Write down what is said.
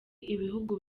ibihugu